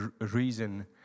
reason